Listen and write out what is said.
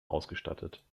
ausgestattet